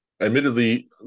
admittedly